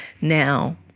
Now